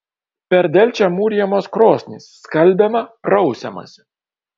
per delčią mūrijamos krosnys skalbiama prausiamasi